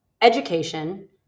education